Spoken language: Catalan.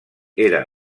era